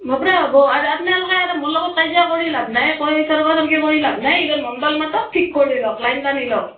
নপৰা হ'ব আৰু আপনালোকে আৰু মোৰ লগত কাজিয়া কৰি লাভ নাই একো তৰ্কা তৰ্কি কৰি লাভ নাই এইবাৰ মণ্ডল মাতক ঠিক কৰি লওক লাইন টানি লওক